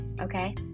okay